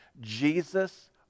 Jesus